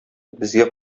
безгә